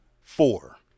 Four